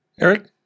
Eric